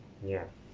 yeah